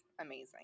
amazing